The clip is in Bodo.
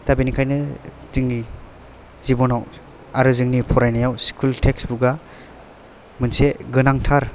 दा बेनिखायनो जोंनि जिब'नाव आरो जोंनि फरायनायाव स्कुल टेक्सटबुक आ मोनसे गोनांथार